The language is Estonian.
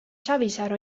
savisaar